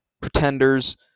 pretenders